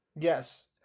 Yes